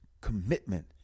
commitment